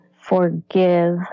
forgive